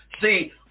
See